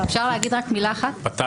מאחר ומדובר ב-55 תיקים